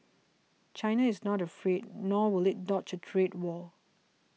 China is not afraid nor will it dodge a trade war